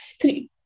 three